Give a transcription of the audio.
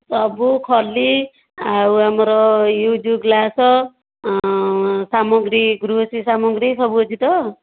ସବୁ ଖଲି ଆଉ ଆମର ୟୁଜ୍ ଗ୍ଲାସ୍ ସାମଗ୍ରୀ ଗୃହସି ସାମଗ୍ରୀ ସବୁ ଅଛି ତ